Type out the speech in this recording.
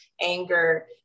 anger